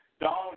Donald